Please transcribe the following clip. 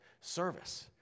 service